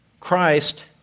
Christ